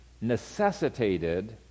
necessitated